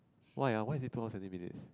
why ya why is they told us seventeen minutes